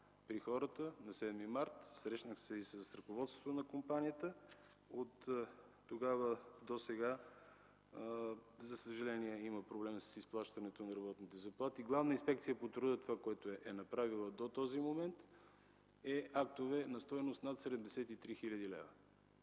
при хората, на 7 март. Срещнах се и с ръководството на компанията. Оттогава досега, за съжаление, има проблем с изплащането на работните заплати. Това, което Главна инспекция по труда е направила досега, са актове на стойност над 73 хил. лв.